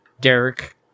Derek